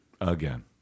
Again